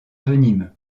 venimeux